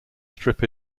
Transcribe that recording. strip